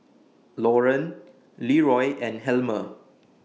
Lauren Leroy and Helmer